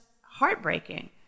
heartbreaking